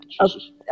Okay